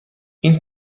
این